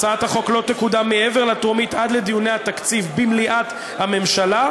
הצעת החוק לא תקודם מעבר לטרומית עד לדיוני התקציב במליאת הממשלה,